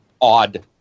odd